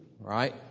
right